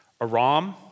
Aram